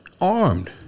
armed